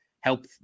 help